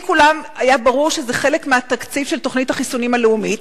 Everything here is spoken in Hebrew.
אם לכולם היה ברור שזה חלק מהתקציב של תוכנית החיסונים הלאומית,